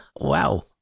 wow